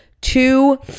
two